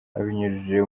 abinyujije